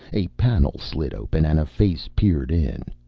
a panel slid open, and a face peered in.